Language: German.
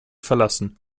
verlassen